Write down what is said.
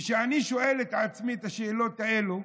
כשאני שואל את עצמי את השאלות האלה,